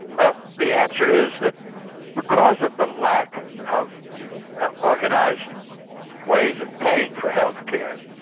but the answer is that because of the lack of organised ways of paying for health care,